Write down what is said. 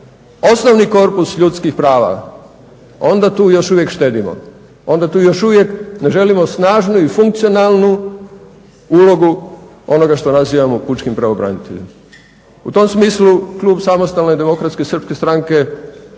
osnovni korpus ljudskih prava, onda tu još uvijek štedimo, onda tu još uvijek ne želimo snažnu i funkcionalnu ulogu onoga što nazivamo pučkom pravobraniteljem. U tom smislu klub SDSS želi sa ove govornice